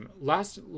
last